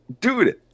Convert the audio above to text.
Dude